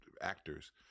actors